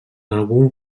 algun